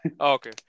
Okay